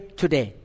today